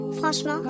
Franchement